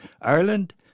Ireland